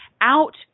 out